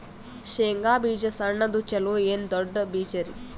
ಶೇಂಗಾ ಬೀಜ ಸಣ್ಣದು ಚಲೋ ಏನ್ ದೊಡ್ಡ ಬೀಜರಿ?